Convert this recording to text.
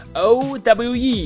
owe